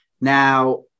Now